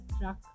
truck